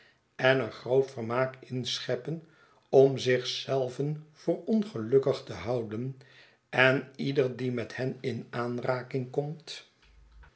en er groot vermaak in scheppen om zich zelven voor ongelukkig tehouden en ieder die met hen in aanraking komt